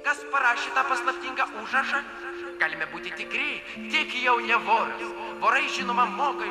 kas parašė tą paslaptingą užrašą galime būti tikri tik jau ne voras vorai žinoma moka